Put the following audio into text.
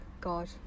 god